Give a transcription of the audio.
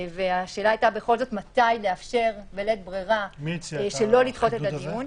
והשאלה הייתה מתי בכל זאת לאפשר בלית ברירה שלא לדחות את הדיון.